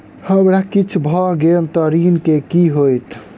हमरा किछ भऽ गेल तऽ ऋण केँ की होइत?